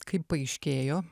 kaip paaiškėjo